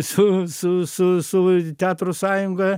su su su su teatro sąjunga